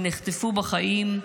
הם נחטפו בחיים,